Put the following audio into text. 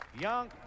Young